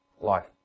life